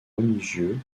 religieux